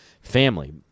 family